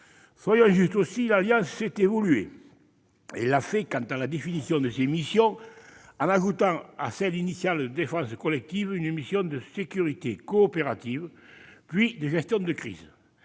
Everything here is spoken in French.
Soyons justes, l'Alliance sait évoluer. Elle a évolué quant à la définition de ses missions, en ajoutant à celle, initiale, de défense collective une mission de « sécurité coopérative », puis de gestion de crise,